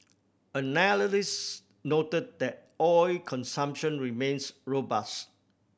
analyst noted that oil consumption remains robust